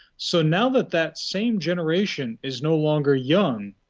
so now that that same generation is no longer young,